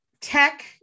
tech